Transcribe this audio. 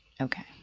Okay